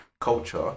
culture